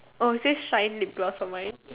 oh it says shine lip gloss for mine